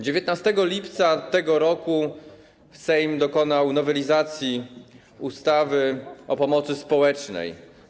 19 lipca tego roku Sejm dokonał nowelizacji ustawy o pomocy społecznej.